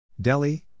Delhi